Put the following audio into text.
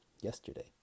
yesterday